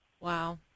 Wow